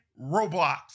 Roblox